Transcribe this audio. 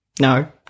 No